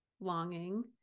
longing